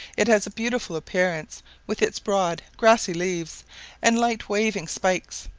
it has a beautiful appearance with its broad grassy leaves and light waving spikes,